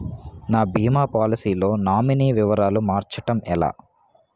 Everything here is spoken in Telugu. నా భీమా పోలసీ లో నామినీ వివరాలు మార్చటం ఎలా?